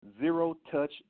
zero-touch